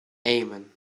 amen